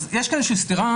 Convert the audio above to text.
אז יש כאן איזושהי סתירה,